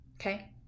Okay